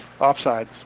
Offsides